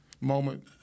moment